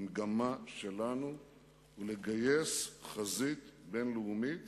המגמה שלנו היא לגייס חזית בין-לאומית